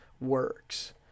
works